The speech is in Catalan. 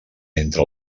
entre